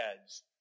heads